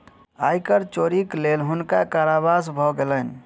आय कर चोरीक लेल हुनका कारावास भ गेलैन